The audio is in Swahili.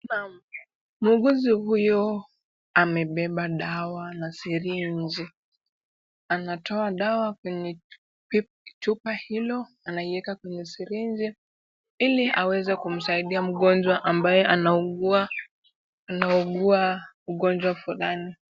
Naam! Muuguzi huyo amebeba dawa na sirenji. Anatoa dawa kwenye chupa hilo na anaiweka kwenye sirenji ili aweze kumsaidia mgonjwa ambae anaugua ugonjwa fulani.